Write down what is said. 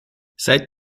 seit